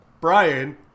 Brian